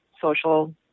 social